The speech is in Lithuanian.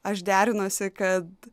aš derinuosi kad